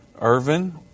Irvin